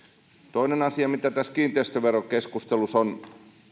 toinen asia mitä tässä kiinteistöverokeskustelussa on myös